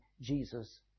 Jesus